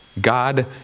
God